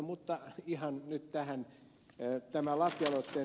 mutta nyt tämän lakialoitteen taustaan